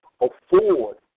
afford